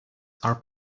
are